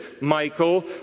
Michael